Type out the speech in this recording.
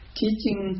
teaching